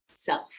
self